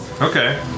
Okay